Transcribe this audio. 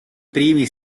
primi